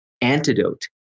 antidote